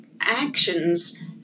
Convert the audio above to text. actions